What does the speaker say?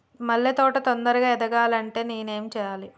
మల్లె తోట తొందరగా ఎదగాలి అంటే నేను ఏం చేయాలి?